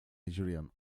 nigerian